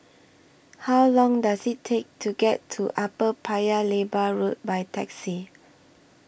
How Long Does IT Take to get to Upper Paya Lebar Road By Taxi